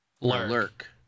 Lurk